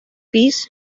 pis